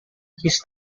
his